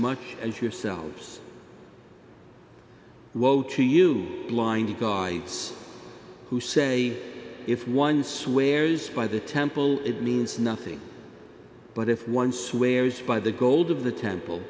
much as yourselves woe to you blind you guards who say if one swears by the temple it means nothing but if one swears by the gold of the temple